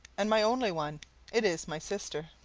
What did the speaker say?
and my only one it is my sister.